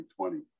2020